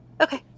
Okay